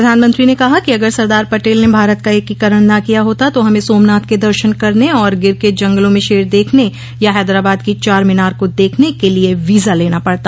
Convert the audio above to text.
प्रधानमंत्री ने कहा कि अगर सरदार पटेल ने भारत का एकीकरण न किया होता तो हमें सोमनाथ के दर्शन करने और गिर के जंगलो में शेर देखने या हैदराबाद की चार मीनार को देखने के लिए वीजा लेना पड़ता